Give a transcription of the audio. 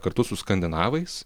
kartu su skandinavais